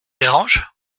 dérange